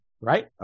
Right